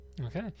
Okay